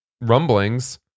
rumblings